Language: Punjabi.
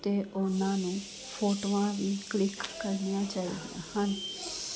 ਅਤੇ ਉਹਨਾਂ ਨੂੰ ਫੋਟੋਆਂ ਵੀ ਕਲਿੱਕ ਕਰਨੀਆਂ ਚਾਹੀਦੀਆਂ ਹਨ